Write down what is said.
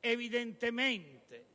evidentemente